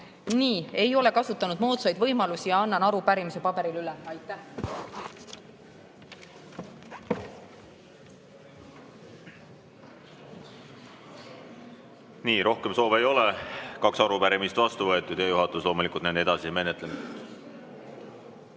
Nii. Ei ole kasutanud moodsaid võimalusi ja annan arupärimise paberil üle. Aitäh! Rohkem soove ei ole. Kaks arupärimist vastu võetud ja juhatus loomulikult nende edasise menetlemise